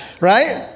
Right